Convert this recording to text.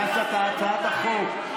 הגשת את הצעת החוק,